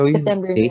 September